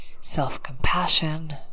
self-compassion